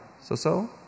So-so